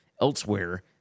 elsewhere